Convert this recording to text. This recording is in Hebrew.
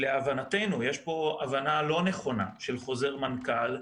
להבנתנו יש פה הבנה לא נכונה של חוזר מנכ"ל.